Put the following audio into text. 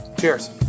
Cheers